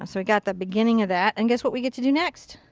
so we got the beginning of that. and guess what we get to do next?